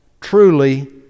truly